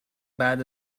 بعد